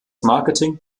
marketing